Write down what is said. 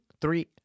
three